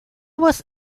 was